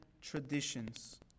traditions